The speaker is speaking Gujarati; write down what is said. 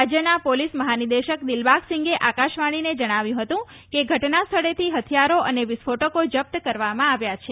રાજ્યના પોલીસ મફાનિદેશક દિલબાગસિંફે આકાશવાણીને જણાવ્યું ફતું કે ઘટના સ્થળેથી ફથિયારો અને વિસ્ફોટકો જપ્ત કરવામાં આવ્યા હતા